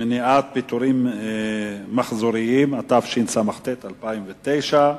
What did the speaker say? מניעת פיטורים מחזוריים), התשס"ט 2009,